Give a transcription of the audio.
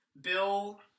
Bill